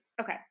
Okay